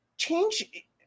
change